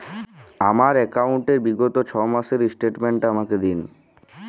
আমার অ্যাকাউন্ট র বিগত ছয় মাসের স্টেটমেন্ট টা আমাকে দিন?